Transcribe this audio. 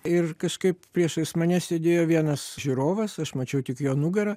ir kažkaip priešais mane sėdėjo vienas žiūrovas aš mačiau tik jo nugarą